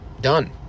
Done